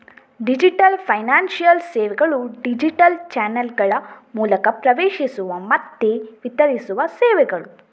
digital financial ಸೇವೆಗಳು digital ಚಾನಲ್ಗಳ ಮೂಲಕ ಪ್ರವೇಶಿಸುವ ಮತ್ತೆ ವಿತರಿಸುವ ಸೇವೆಗಳು